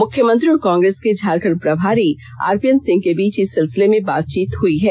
मुख्यमंत्री और कांग्रेस को झारखंड प्रभारी आरपीएन सिंह के बीच इस सिलसिले में बातचीत हुई है